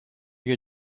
your